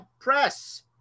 press